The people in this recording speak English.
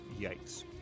Yikes